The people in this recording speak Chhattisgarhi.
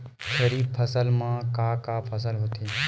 खरीफ फसल मा का का फसल होथे?